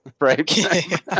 Right